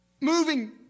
moving